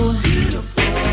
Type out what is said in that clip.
beautiful